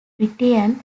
britain